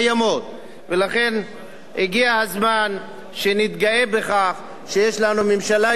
ולכן הגיע הזמן שנתגאה בכך שיש לנו ממשלה יציבה,